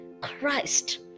Christ